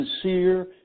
sincere